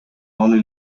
only